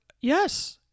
Yes